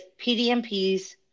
PDMPs